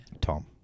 Tom